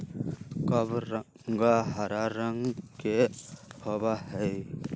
कबरंगा हरा रंग के होबा हई